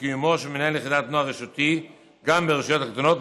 בקיומו של מנהל יחידת נוער רשותי גם ברשויות הקטנות.